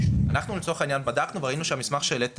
אנחנו בדקנו וראינו שהמסמך שהעלית תקין,